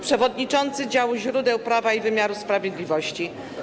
Przewodniczący działu źródeł prawa i wymiaru sprawiedliwości.